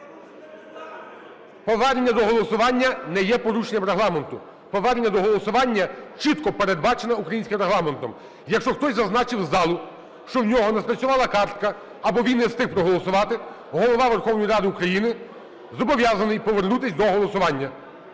Повернення до голосування не є порушенням Регламенту. Повернення до голосування чітко передбачене українським Регламентом. Якщо хтось зазначив з залу, що в нього не спрацювала картка або він не встиг проголосувати, Голова Верховної Ради України зобов'язаний повернутися до голосування.